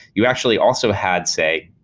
you actually also had, say,